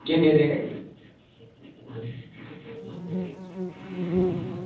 किन्ने देने